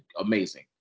amazing